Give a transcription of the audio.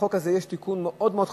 בחוק הזה יש תיקון מאוד מאוד חשוב,